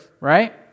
right